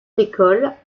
décolle